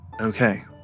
okay